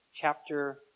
chapter